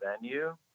venue